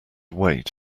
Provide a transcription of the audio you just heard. weight